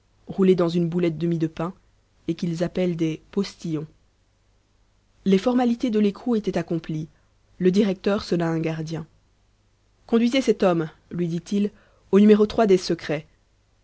roulés dans une boulette de mie de pain et qu'ils appellent des postillons les formalités de l'écrou étaient accomplies le directeur sonna un gardien conduisez cet homme lui dit-il au numéro des secrets